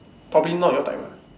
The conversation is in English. probably not your type ah